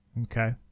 Okay